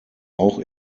auch